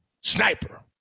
sniper